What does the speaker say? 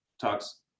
talks